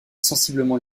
sensiblement